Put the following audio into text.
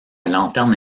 lanterne